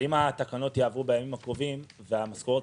אבל אם התקנות יעברו בימים הקרובים והמשכורות